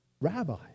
Rabbi